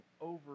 over